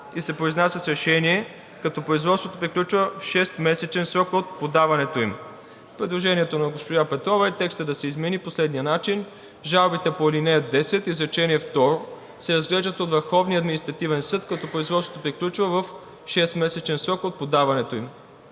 и се произнася с решение, като производството приключва в 6-месечен срок от подаването им.“ Предложението на госпожа Петрова е текстът да се измени по следния начин: „(11) Жалбите по ал. 10, изречение второ се разглеждат от Върховния административен съд, като производството приключва в 6-месечен срок от подаването им“.